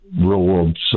real-world